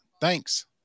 Thanks